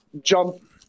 jump